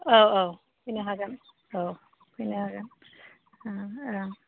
औ औ फैनो हागोन औ फैनो हागोन